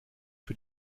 für